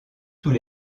tous